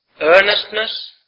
earnestness